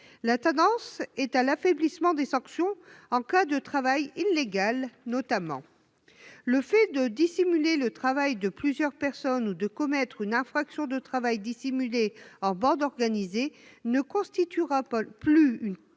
La tendance est à l'affaiblissement des sanctions en cas de travail illégal, notamment. Le fait de dissimuler le travail de plusieurs personnes ou de commettre une infraction de travail dissimulé en bande organisée ne constituera plus une circonstance